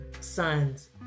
sons